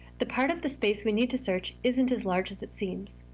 the part of the space we need to search isn't as large as it seems.